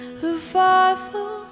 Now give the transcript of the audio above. revival